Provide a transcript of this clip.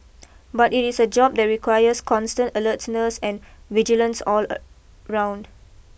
but it is a job that requires constant alertness and vigilance all around